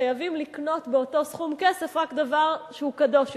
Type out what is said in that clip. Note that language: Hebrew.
חייבים לקנות באותו סכום כסף רק דבר שהוא קדוש יותר.